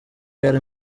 yari